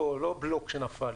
לא בלוק שנפל,